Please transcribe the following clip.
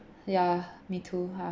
ya me too